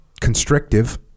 constrictive